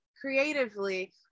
creatively